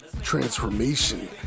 transformation